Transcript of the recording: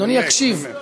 אדוני יקשיב.